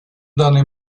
даний